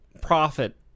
profit